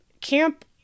camp